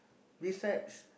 besides